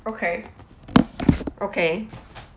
okay okay